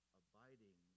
abiding